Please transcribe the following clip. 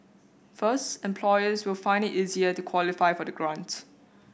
first employers will find it easier to qualify for the grant